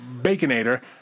baconator